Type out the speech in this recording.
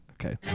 Okay